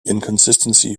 inconsistency